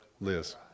Liz